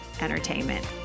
entertainment